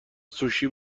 سوشی